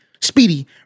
Speedy